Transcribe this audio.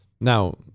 Now